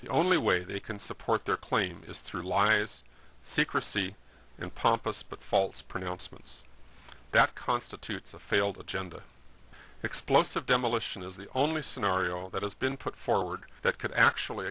the only way they can support their claim is through a lie is secrecy and pompous but false pronouncements that constitutes a failed agenda explosive demolition is the only scenario that has been put forward that could actually